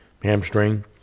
Hamstring